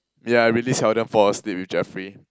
yeah I really seldom fall asleep with Jeffrey